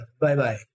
Bye-bye